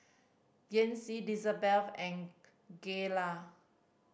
Yancy Lizabete and Gayla